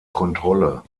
kontrolle